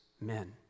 men